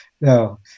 No